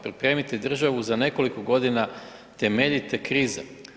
Pripremiti državu za nekoliko godina temeljite krize.